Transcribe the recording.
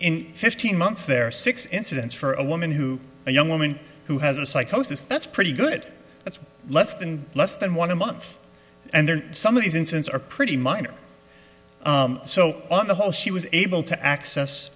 in fifteen months there are six incidents for a woman who a young woman who has a psychosis that's pretty good that's less than less than one a month and then some of these incidents are pretty minor so on the whole she was able to access